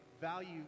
value